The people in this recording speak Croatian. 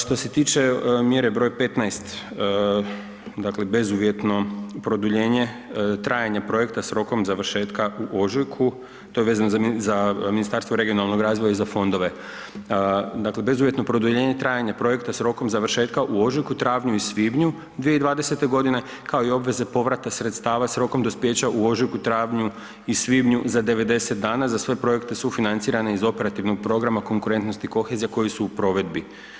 Što se tiče mjere broj 15 dakle bezuvjetno produljenje trajanja projekta s rokom završetka u ožujku, to je vezano za Ministarstvo regionalnoga razvoja i za fondove, dakle bezuvjetno produljenje trajanja projekta s rokom završetka u ožujku, travnju i svibnju 2020. godine kao i obveze povrata sredstava s rokom dospijeća u ožujku, travnju i svibnju za 90 dana za sve projekte sufinancirane iz Operativnog programa Konkurentnost i kohezija koji su u provedbi.